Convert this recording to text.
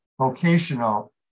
vocational